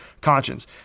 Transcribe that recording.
conscience